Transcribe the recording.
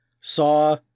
saw